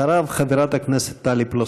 אחריו, חברת הכנסת טלי פלוסקוב.